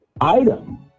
item